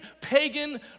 pagan